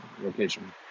location